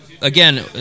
Again